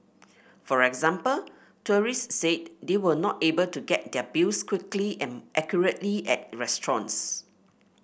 for example tourists said they were not able to get their bills quickly and accurately at restaurants